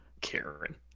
Karen